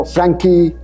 Frankie